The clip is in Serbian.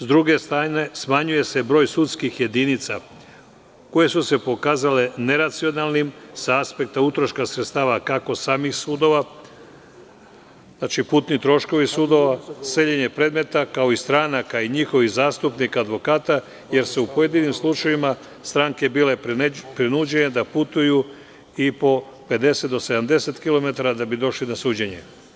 S druge strane, smanjuje se broj sudskih jedinica koje su se pokazale neracionalnim sa aspekta utroška sredstava kako samih sudova, putni troškovi sudova, seljenje predmeta, kao i stranaka i njihovih zastupnika advokata, jer su u pojedinim slučajevima stranke bile prinuđene da putuju i po 50 do 70 kilometara da bi došli na suđenje.